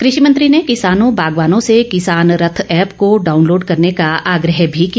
कृषि मंत्री ने किसानों बागवानों से किसान रथ ऐप को डाउनलोड करने का आग्रह भी किया